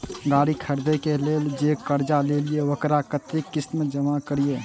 गाड़ी खरदे के लेल जे कर्जा लेलिए वकरा कतेक किस्त में जमा करिए?